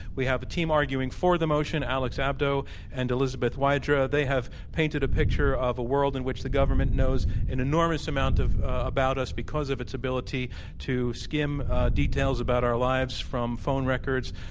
we have a team arguing for the motion, alex abdo and elizabeth wydra. they have painted a picture of a world in which the government knows an enormous amount about us because of its ability to skim details about our lives from phone records,